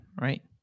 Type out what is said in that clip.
right